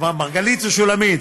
מרגלית, מרגלית או שולמית?